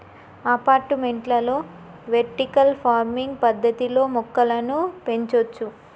అపార్టుమెంట్లలో vertical farming పద్దతిలో మొక్కలను పెంచొచ్చు